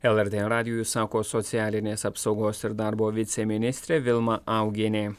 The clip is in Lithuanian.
lrt radijui sako socialinės apsaugos ir darbo viceministrė vilma augienė